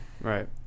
Right